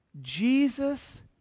Jesus